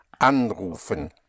anrufen